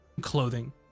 clothing